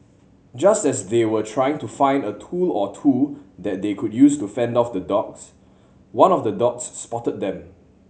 just as they were trying to find a tool or two that they could use to fend off the dogs one of the dogs spotted them